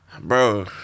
bro